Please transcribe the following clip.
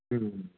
ਹਮ